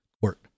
court